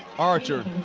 archer.